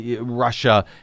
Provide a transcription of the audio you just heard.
Russia